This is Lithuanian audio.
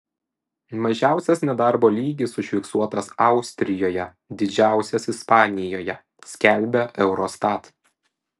mažiausias nedarbo lygis užfiksuotas austrijoje didžiausias ispanijoje skelbia eurostat